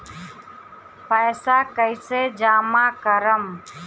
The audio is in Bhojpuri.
पैसा कईसे जामा करम?